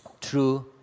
true